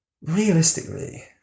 realistically